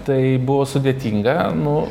tai buvo sudėtinga nu